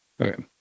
okay